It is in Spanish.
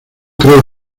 creo